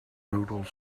noodles